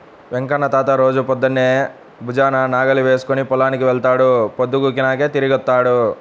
వెంకన్న తాత రోజూ పొద్దన్నే భుజాన నాగలి వేసుకుని పొలానికి వెళ్తాడు, పొద్దుగూకినాకే తిరిగొత్తాడు